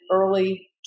early